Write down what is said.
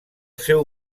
seu